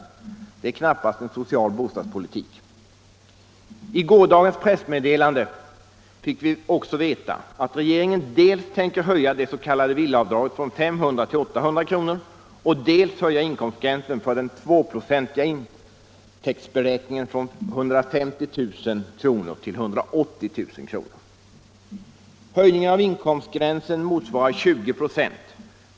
Det är knappast en social bostadspolitik. I gårdagens pressmeddelande fick vi också veta att regeringen tänker dels höja det s.k. villaavdraget från 500 kr. till 800 kr., dels höja inkomstgränsen för den 2-procentiga intäktsberäkningen från 150 000 kr. till 180 000 kr. Höjningen av inkomstgränsen motsvarar 20 96.